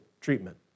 treatment